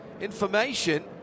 information